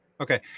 Okay